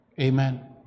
Amen